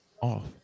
off